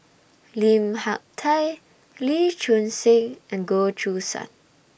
Lim Hak Tai Lee Choon Seng and Goh Choo San